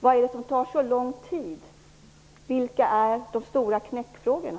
Vad är det som tar så lång tid? Vilka är de stora knäckfrågorna?